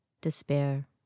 despair